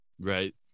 Right